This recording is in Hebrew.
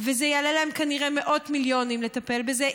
וזה יעלה להם כנראה מאות מיליונים לטפל בזה,